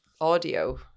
audio